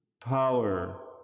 power